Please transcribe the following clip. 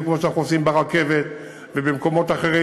בדיוק כמו שאנחנו עושים ברכבת ובמקומות אחרים,